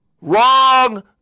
wrong